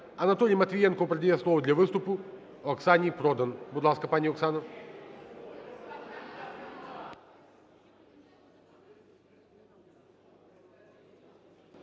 Анатолій Матвієнко передає слово для виступу Оксані Продан. Будь ласка, пані Оксана.